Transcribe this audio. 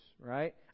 right